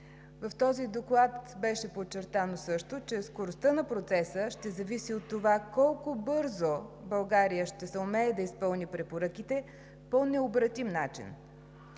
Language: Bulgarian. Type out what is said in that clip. В този доклад беше подчертано също, че скоростта на процеса ще зависи от това колко бързо България ще съумее да изпълни препоръките по необратим начин.